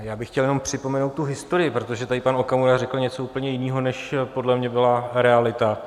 Já bych chtěl jenom připomenout tu historii, protože tady pan Okamura řekl něco úplně jiného, než podle mě byla realita.